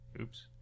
Oops